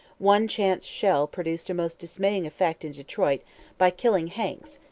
one chance shell produced a most dismaying effect in detroit by killing hanks,